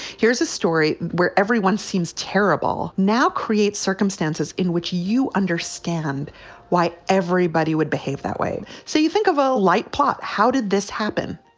here's a story where everyone seems terrible now, create circumstances in which you understand why everybody would behave that way. so you think of a light plot. how did this happen?